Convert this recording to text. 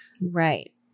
Right